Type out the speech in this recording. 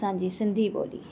असांजी सिंधी ॿोली